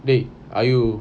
டேய்:dei are you